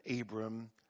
Abram